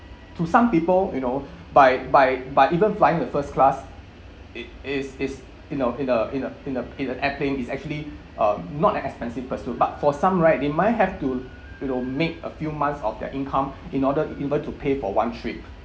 to some people you know by by by even flying the first class it is it's you know in a in a in a in a airplane is actually um not an expensive pursuit but for some right they might have to you know make a few months of their income in order able to pay for one trip